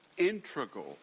integral